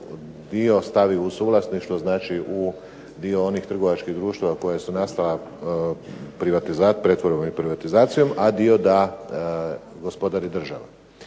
dio stavi u suvlasništvo, znači u dio onih trgovačkih društava koja su nastala pretvorbom i privatizacijom a dio da gospodari država